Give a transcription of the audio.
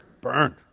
Burned